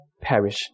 perish